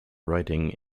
writing